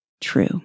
true